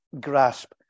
grasp